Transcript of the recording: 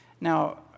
Now